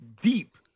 deep